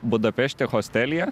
budapešte hostelyje